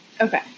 Okay